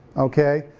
okay?